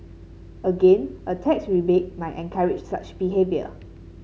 again a tax rebate might encourage such behaviour